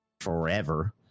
forever